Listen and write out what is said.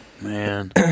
Man